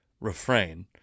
refrain